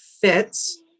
fits